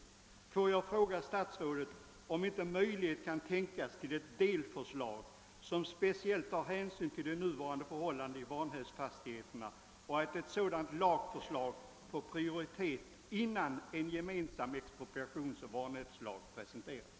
Jag vill också fråga statsrådet, om det inte är möjligt att lägga fram ett delförslag som tar speciell hänsyn till de nuvarande förhållandena i vanskötta fastigheter och att ge ett sådant lagförslag sådan prioritet att det kan behandlas innan förslag om en gemensam <expropriationsoch vanhävdslagstiftning presenteras.